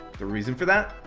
the reason for that?